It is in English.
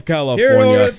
California